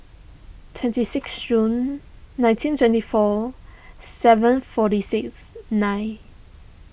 twenty six June nineteen twenty four seven forty six nine